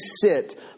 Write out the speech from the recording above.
sit